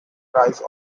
price